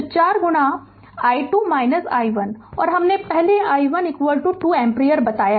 तो 4 गुणा i2 i1 और हमने पहले i1 2 एम्पीयर बताया